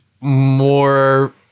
more